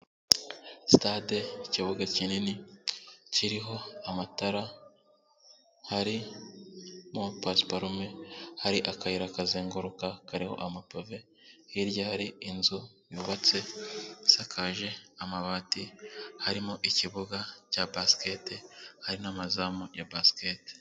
Sitade, ikibuga kinini kiriho amatara, harimo pasiparume, hari akayira kazenguruka kariho amapave, hirya hari inzu yubatse, isakaje amabati, harimo ikibuga cya basiketi, hari n'amazamu ya basiketi.